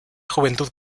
juventud